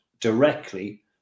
directly